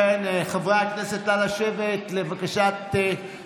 חבר הכנסת טאהא, תשאירו את הדיון לוועדה.